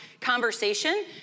conversation